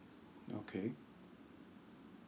okay